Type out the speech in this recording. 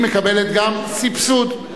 היא מקבלת גם סבסוד,